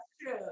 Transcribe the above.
true